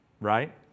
Right